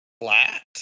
flat